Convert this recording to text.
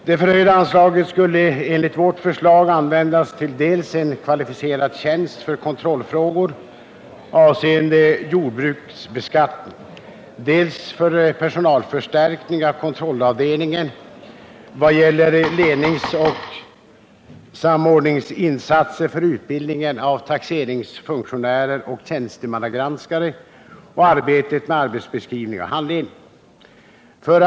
Det förhöjda anslaget skulle enligt vårt förslag användas till dels en kvalificerad tjänst för kontrollfrågor avseende jordbruksbeskattning, dels personalförstärkning av kontrollavdelningen vad gäller ledningsoch samordningsinsatser för utbildningen av taxeringsfunktionärer och tjänstemannagranskare och för arbetet med arbetsbeskrivningar och handledning.